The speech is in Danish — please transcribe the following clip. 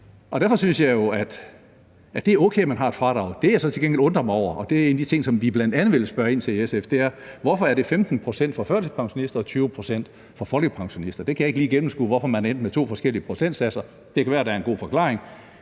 Derfor synes jeg, det er okay, at man har et fradrag. Det, jeg til gengæld undrer mig over, og det er en af de ting, som vi bl.a. vil spørge ind til fra SF's side, er, hvorfor det er 15 pct. for førtidspensionister og 20 pct. for folkepensionister. Jeg kan ikke lige gennemskue, hvorfor man er endt med to forskellige procentsatser, men det kan være, der er en god forklaring,